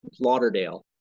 lauderdale